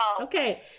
Okay